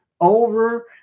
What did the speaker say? over